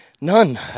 None